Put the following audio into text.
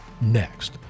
next